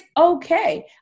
okay